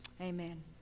Amen